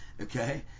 okay